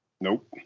Nope